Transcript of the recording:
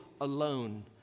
alone